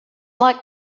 like